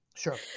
Sure